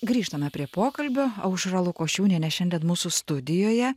grįžtame prie pokalbio aušra lukošiūnienė šiandien mūsų studijoje